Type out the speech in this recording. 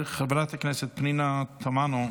חברת הכנסת פנינה תמנו,